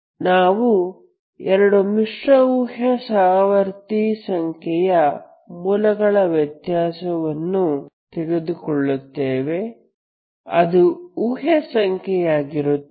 ನಾವು ಎರಡು ಮಿಶ್ರ ಊಹ್ಯ ಸಹವರ್ತಿ ಸಂಖ್ಯೆಯ ಮೂಲಗಳ ವ್ಯತ್ಯಾಸವನ್ನು ತೆಗೆದುಕೊಳ್ಳುತ್ತೇವೆ ಅದು ಊಹ್ಯ ಸಂಖ್ಯೆಗಳಾಗಿರುತ್ತದೆ